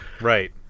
Right